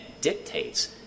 dictates